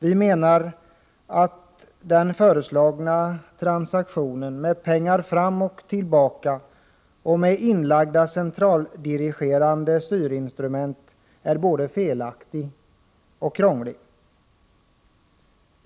Vi menar att den föreslagna transaktionen med pengar fram och tillbaka — och med inlagda centraldirigerande styrinstrument — är både felaktig och krånglig.